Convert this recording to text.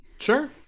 Sure